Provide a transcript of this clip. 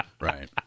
Right